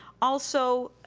also,